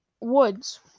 Woods